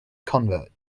convert